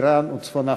איראן וצפון-אפריקה.